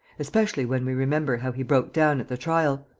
especially when we remember how he broke down at the trial.